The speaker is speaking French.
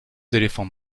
éléphants